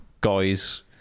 guys